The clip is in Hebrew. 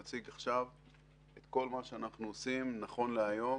עכשיו נציג את כל מה שאנחנו עושים נכון להיום